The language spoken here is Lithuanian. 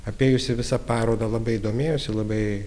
apėjusi visą parodą labai domėjosi labai